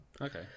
Okay